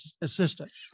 assistance